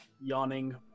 yawning